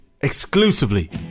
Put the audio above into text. exclusively